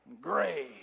gray